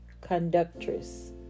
conductress